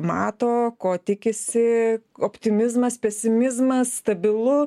mato ko tikisi optimizmas pesimizmas stabilu